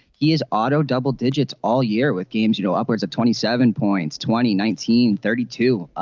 he is auto double digits all year with games you know upwards of twenty seven point twenty nineteen thirty two.